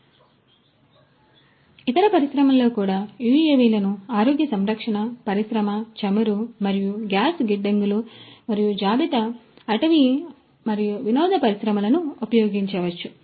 కాబట్టి ఇతర పరిశ్రమలలో కూడా యుఎవిలను ఆరోగ్య సంరక్షణ పరిశ్రమ చమురు మరియు గ్యాస్ గిడ్డంగులు మరియు జాబితా అటవీ మరియు వినోద పరిశ్రమలను ఉపయోగించవచ్చు